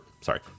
sorry –